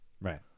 Right